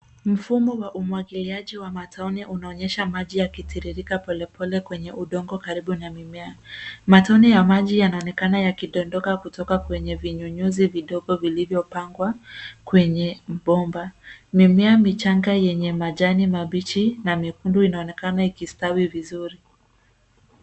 Mfumo wa umwangiliaji wa matone unaonyesha maji yakiririka polepole kwenye udongo karibu na mimea. Matone ya maji yanaonekana yakidondoka kutoka kwenye vinyunyuzi vidogo vilivyopangwa kwenye bomba. Mimea michanga yenye majani mbichi na mekundu inaonekana ikistawi vizuri.